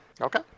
okay